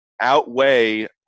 outweigh